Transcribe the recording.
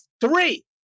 three